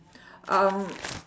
um